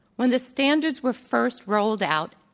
when the standards were first rolled out,